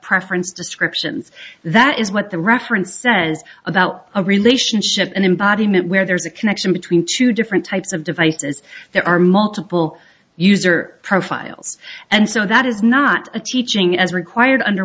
preference descriptions that is what the reference says about a relationship and embodiment where there's a connection between two different types of devices there are multiple user profiles and so that is not a teaching as required under